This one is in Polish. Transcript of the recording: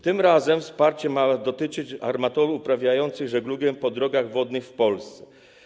Tym razem wsparcie ma dotyczyć armatorów uprawiających żeglugę po drogach wodnych w Polsce.